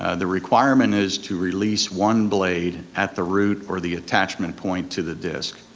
ah the requirement is to release one blade at the root or the attachment point to the disc.